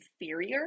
inferior